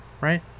right